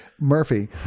Murphy